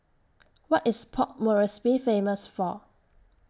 What IS Port Moresby Famous For